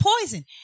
poison